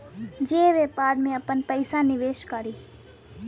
जे व्यापार में आपन पइसा निवेस करी